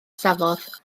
safodd